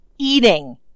eating